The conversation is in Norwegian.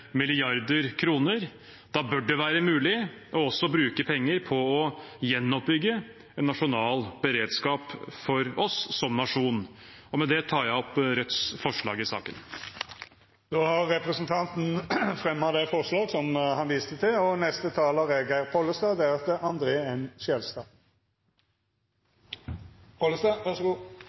Da bør det være mulig også å bruke penger på å gjenoppbygge en nasjonal beredskap for oss som nasjon. Med det tar jeg opp Rødts forslag i saken. Representanten Bjørnar Moxnes har teke opp dei forslaga han viste til.